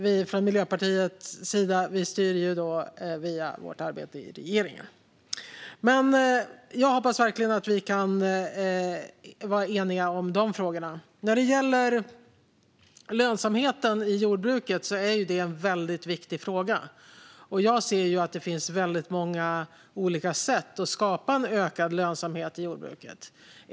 Vi från Miljöpartiets sida styr via vårt arbete i regeringen. Jag hoppas verkligen att vi kan vara eniga om de frågorna. När det gäller lönsamheten i jordbruket är det en väldigt viktig fråga. Jag ser att det finns väldigt många sätt att skapa en ökad lönsamhet i jordbruket på.